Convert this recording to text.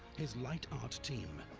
his light art team,